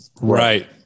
Right